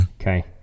Okay